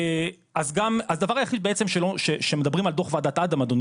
אז הדבר היחיד בעצם שמדברים על דוח וועדת אדם,